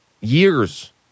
years